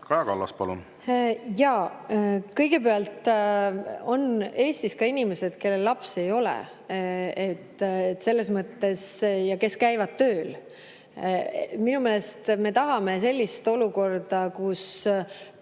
Kaja Kallas, palun! Jaa. Kõigepealt, Eestis on ka inimesi, kellel lapsi ei ole ja kes käivad tööl. Minu meelest me tahame sellist olukorda, kus